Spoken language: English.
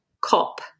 COP